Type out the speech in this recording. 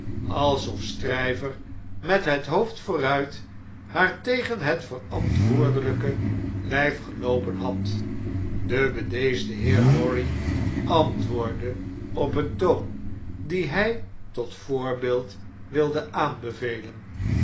alsof stryver met het hoofd vooruit haar tegen het verantwoordelijke hjf geloopen had de bedeesde heer lorry antwoordde op een toon dien hy tot voorbeeld wilde aanbevelen